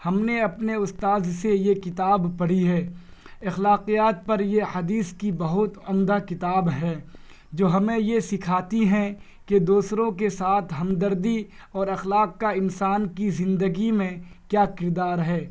ہم نے اپنے استاذ سے یہ کتاب پڑھی ہے اخلاقیات پر یہ حدیث کی بہت عمدہ کتاب ہے جو ہمیں یہ سکھاتی ہیں کہ دوسروں کے ساتھ ہمدردی اور اخلاق کا انسان کی زندگی میں کیا کردار ہے